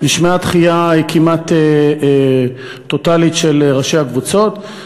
נשמעה דחייה כמעט טוטלית של ראשי הקבוצות,